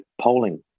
polling